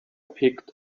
picked